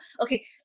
Okay